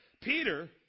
Peter